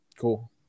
Cool